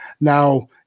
Now